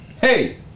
hey